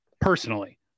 Personally